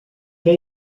què